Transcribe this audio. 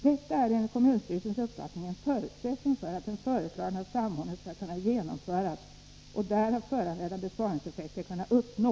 Detta är enligt kommunstyrelsens uppfattning en förutsättning för att den föreslagna samordningen skall kunna genomföras och därav föranledda besparingseffekter kunna uppnås.